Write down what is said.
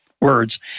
words